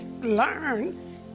learn